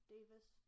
Davis